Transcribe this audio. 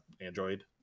Android